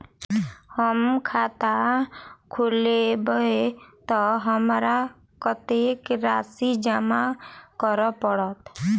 हम खाता खोलेबै तऽ हमरा कत्तेक राशि जमा करऽ पड़त?